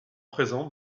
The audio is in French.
présente